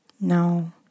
No